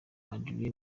adrien